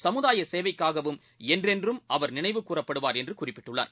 சமுதாயசேவைக்காகவும் என்னென்றும் அவர் நினைவு கூறப்படுவார் என்றுகுறிப்பிட்டுள்ளார்